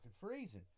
freezing